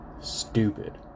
stupid